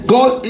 God